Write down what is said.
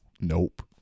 Nope